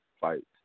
fights